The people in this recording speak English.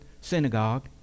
synagogue